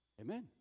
Amen